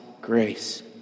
grace